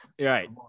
Right